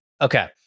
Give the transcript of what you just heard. Okay